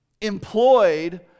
Employed